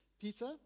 Peter